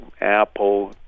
apple